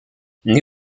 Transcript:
née